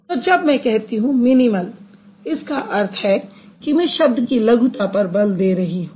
तो जब मैं कहती हूँ मिनिमल इसका अर्थ है कि मैं शब्द की लघुता पर बल दे रही हूँ